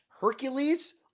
Hercules